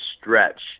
stretch